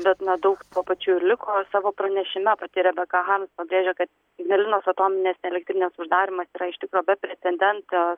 bet na daug tuo pačiu ir liko savo pranešime pati rebeka harms pabrėžė kad ignalinos atominės elektrinės uždarymas yra iš tikro be precedento